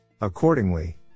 Accordingly